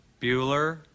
Bueller